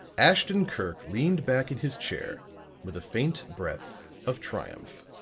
ashton-kirk leaned back in his chair with a faint breath of triumph.